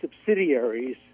subsidiaries